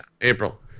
April